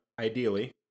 ideally